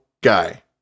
guy